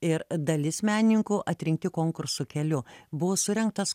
ir dalis menininkų atrinkti konkurso keliu buvo surengtas